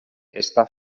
està